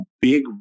big